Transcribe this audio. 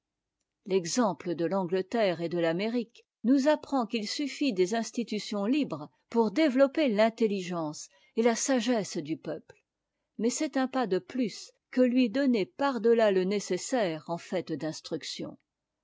l'exemple de l'angleterre et de l'amérique nous apprend qu'il suffit des institutions libres pour développer l'intelligence et la sagesse du peuple mais c'est un pas de plus que de lui donner par delà le nécessaire en fait d'instruction